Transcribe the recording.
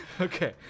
Okay